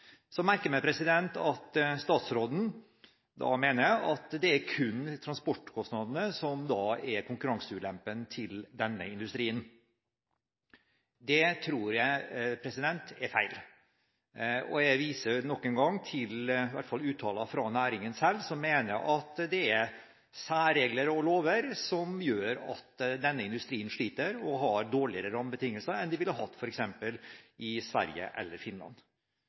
så vi får se hvor fort vi kan få på plass en nødvendig infrastruktur for å understøtte den industrien. Jeg merker meg at statsråden mener det kun er transportkostnadene som er konkurranseulempen til denne industrien. Det tror jeg er feil, og jeg viser nok en gang til uttalelser fra næringen selv, som mener at det er særregler og lover som gjør at denne industrien sliter, og har dårligere rammebetingelser enn de ville hatt i f.eks. Sverige eller Finland.